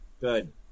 Good